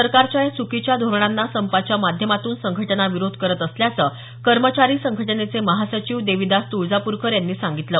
सरकारच्या या च्रकीच्या धोरणांना संपाच्या माध्यमातून संघटना विरोध करत असल्याचं कर्मचारी संघटनेचे महासचिव देविदास तुळजाप्रकर यांनी सांगितलं